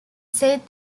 said